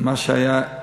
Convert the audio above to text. מה שהיה,